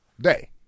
Day